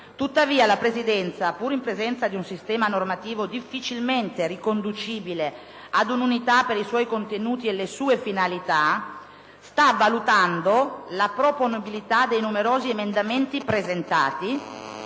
Tuttavia, la Presidenza, pur in presenza di un sistema normativo difficilmente riconducibile ad unità per i suoi contenuti e le sue finalità, sta valutando la proponibilità dei numerosi emendamenti presentati,